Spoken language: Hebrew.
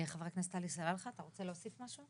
חבר הכנסת עלי סלאלחה, אתה רוצה להוסיף משהו?